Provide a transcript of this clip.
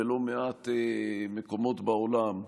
בלא מעט מקומות בעולם,